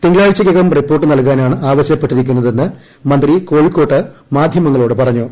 തിങ്കളാഴ്ചയ്ക്കകം report നൽകാനാണ് ആവശ്യപ്പെട്ടിരിക്കുന്നതെന്ന് മന്ത്രി കോഴിക്കോട് മാധ്യമങ്ങളോട് പറഞ്ഞു